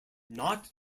not